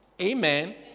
Amen